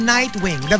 Nightwing